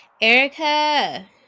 Erica